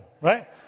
Right